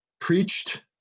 preached